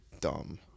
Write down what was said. dumb